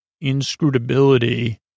Inscrutability